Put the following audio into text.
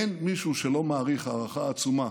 אין מישהו שלא מעריך הערכה עצומה